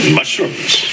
mushrooms